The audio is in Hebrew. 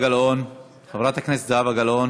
חברת הכנסת זהבה גלאון,